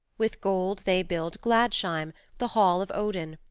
with gold they built gladsheim, the hall of odin,